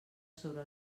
sobre